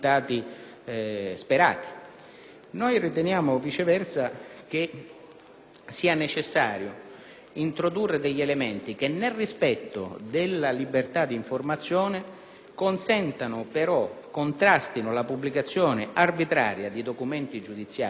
Noi riteniamo, viceversa, che sia necessario introdurre degli elementi che, nel rispetto della libertà di informazione, contrastino la pubblicazione arbitraria di documenti giudiziari che sono coperti da segreto,